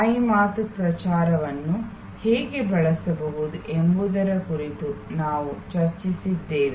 ಬಾಯಿ ಮಾತು ಪ್ರಚಾರವನ್ನು ಹೇಗೆ ಬಳಸಬಹುದು ಎಂಬುದರ ಕುರಿತು ನಾವು ಚರ್ಚಿಸಿದ್ದೇವೆ